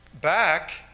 back